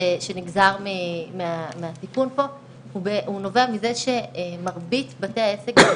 שנגזר מהתיקון פה נובע מזה שמרבית בתי העסק בתחום המזון